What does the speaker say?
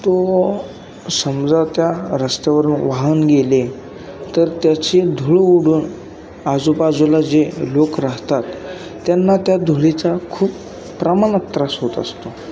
तो समजा त्या रस्त्यावरून वाहन गेले तर त्याची धूळ उडून आजूबाजूला जे लोक राहतात त्यांना त्या धुळीचा खूप प्रमाणात त्रास होत असतो